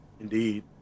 Indeed